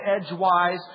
edgewise